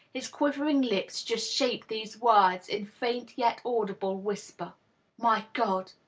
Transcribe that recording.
his quivering lips just shaped these words, in faint yet audible whisper my god!